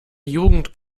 jugend